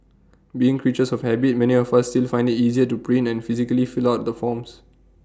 being creatures of habit many of us still find IT easier to print and physically fill out the forms